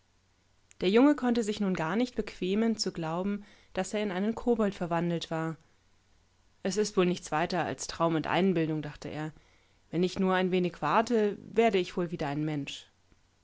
der junge konnte sich nun gar nicht bequemen zu glauben daß er in einen kobold verwandelt war es ist wohl nichts weiter als traum und einbildung dachte er wenn ich nur ein wenig warte werde ich wohl wiedereinmensch er